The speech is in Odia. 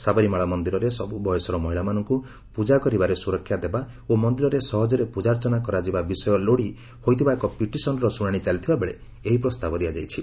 ସାବରିମାଳା ମନ୍ଦିରରେ ସବୁ ବୟସର ମହିଳାମାନଙ୍କୁ ପୂଜା କରିବାରେ ସୁରକ୍ଷା ଦେବା ଓ ମନ୍ଦିରରେ ସହଜରେ ପ୍ରଜାର୍ଚ୍ଚନା କରାଯିବା ବିଷୟ ଲୋଡ଼ି ହୋଇଥିବା ଏକ ପିଟିସନର ଶୁଣାଣି ଚାଲିଥିବାବେଳେ ଏହି ପ୍ରସ୍ତାବ ଦିଆଯାଇଛି